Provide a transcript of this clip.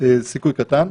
זה סיכוי קטן.